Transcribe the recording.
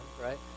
right